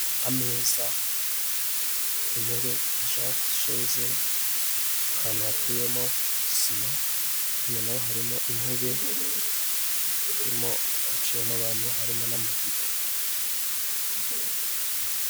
Ameza, intebe za sheze, ahantu hateyemo sima. Hakurya naho harimo intebe, hicayemo abantu, harimo n'amadive.